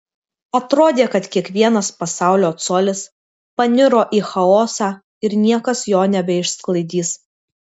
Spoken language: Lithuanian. atrodė kad kiekvienas pasaulio colis paniro į chaosą ir niekas jo nebeišsklaidys